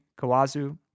Kawazu